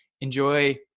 Enjoy